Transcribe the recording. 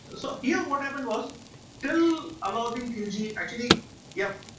so here, what happened was till alauddin khilji, actually ya,